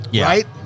right